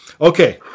Okay